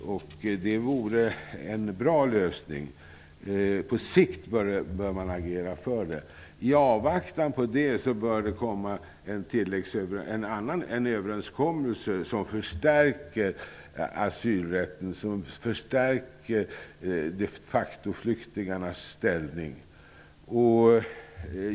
Det vore en bra lösning som man på sikt bör agera för. I avvaktan därpå bör vi få en överenskommelse som förstärker asylrätten och de facto-flyktingarnas ställning.